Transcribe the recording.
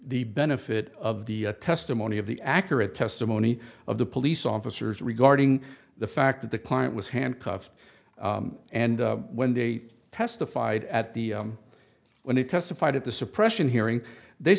the benefit of the testimony of the accurate testimony of the police officers regarding the fact that the client was handcuffed and when they testified at the when he testified at the suppression hearing they